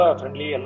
friendly